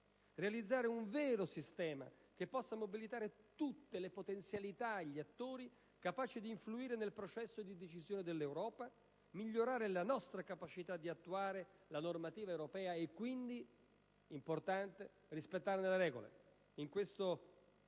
realizzare un vero sistema che possa mobilitare tutte le potenzialità, gli attori e capace di influire nel processo di decisione dell'Europa; migliorare la nostra capacità di attuare la normativa europea e quindi - importante - rispettarne le regole. In questo